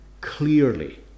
Clearly